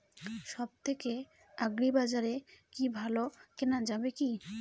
সব থেকে আগ্রিবাজারে কি ভালো কেনা যাবে কি?